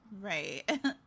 Right